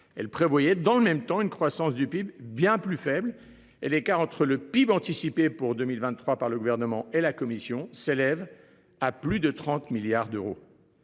elle prévoyait dans le même temps une croissance du PIB bien plus faible et l'écart entre le PIB anticipé pour 2023 par le gouvernement et la Commission s'élève à plus de 30 milliards d'euros.